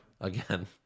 again